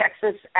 Texas